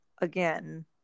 again